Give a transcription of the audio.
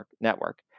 network